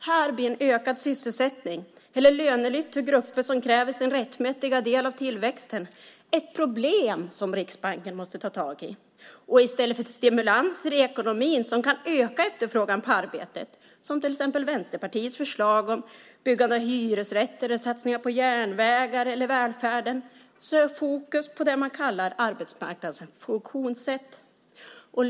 Här blir ökad sysselsättning eller lönelyft till grupper som kräver sin rättmätiga del av tillväxten ett problem som Riksbanken måste ta tag i. Och i stället för stimulanser i ekonomin som kan öka efterfrågan på arbete, som till exempel Vänsterpartiets förslag om byggande av hyresrätter eller satsningar på järnvägar eller välfärd, är fokus på det man kallar arbetsmarknadens funktionssätt.